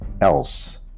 else